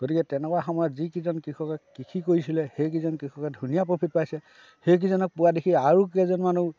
গতিকে তেনেকুৱা সময়ত যিকেইজন কৃষকে কৃষি কৰিছিলে সেইকিজন কৃষকে ধুনীয়া প্ৰফিট পাইছে সেইকেইজনক পোৱা দেখি আৰু কেইজনমানো